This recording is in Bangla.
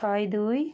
ছয় দুই